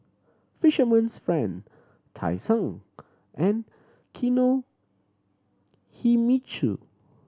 Fisherman's Friend Tai Sun and Kinohimitsu